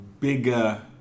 bigger